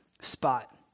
spot